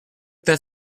that